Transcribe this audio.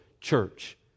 church